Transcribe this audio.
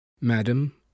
Madam